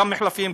גם מחלפים,